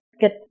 get